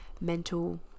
mental